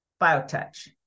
biotouch